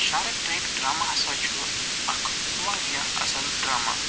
shark tank drama ہَسا چھُ اکھ وارِیاہ اصٕل ڈرٛاما